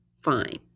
fine